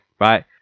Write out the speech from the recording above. right